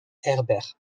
herbert